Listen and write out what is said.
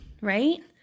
right